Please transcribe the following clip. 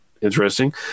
Interesting